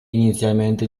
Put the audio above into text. inizialmente